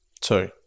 Two